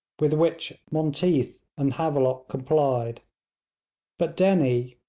with which monteath and havelock complied but dennie,